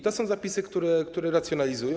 To są zapisy, które to racjonalizują.